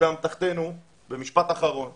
אנחנו